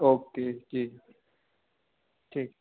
okay जी ठीक